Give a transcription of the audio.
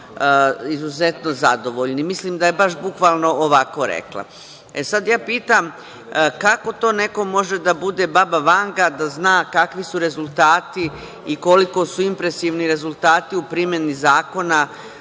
izuzetno zadovoljni. Mislim da je baš bukvalno ovako rekla. Sada ja pitam - kako to neko može da bude baba vanga da zna kakvi su rezultati i koliko su impresivni rezultati u primeni zakona,